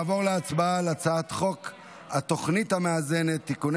נעבור להצבעה על הצעת חוק התוכנית המאזנת (תיקוני